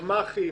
ימ"חים,